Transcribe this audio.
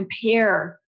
compare